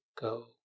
go